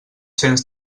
cents